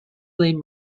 lane